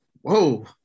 Whoa